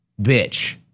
bitch